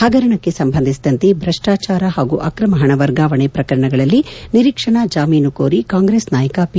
ಹಗರಣಕ್ಕೆ ಸಂಬಂಧಿಸಿದಂತೆ ಭ್ರಷ್ಟಾಚಾರ ಹಾಗೂ ಅಕ್ರಮ ಹಣ ವರ್ಗಾವಣೆ ಪ್ರಕರಣಗಳಲ್ಲಿ ನಿರೀಕ್ಷಣಾ ಜಾಮೀನು ಕೋರಿ ಕಾಂಗ್ರೆಸ್ ನಾಯಕ ಪಿ